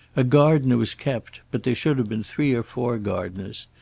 a gardener was kept, but there should have been three or four gardeners.